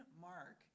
Mark